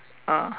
ah